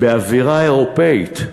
באווירה אירופית,